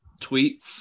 tweet